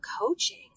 coaching